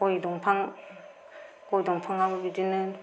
गय दंफां गय दंफांआव बिदिनो